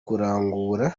kurangura